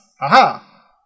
Aha